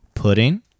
Pudding